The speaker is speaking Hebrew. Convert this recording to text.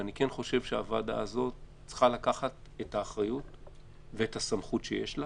אני כן חושב שהוועדה הזאת צריכה לקחת את האחריות ואת הסמכות שיש לה